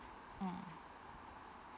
mm